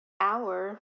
hour